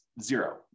zero